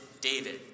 David